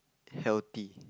healthy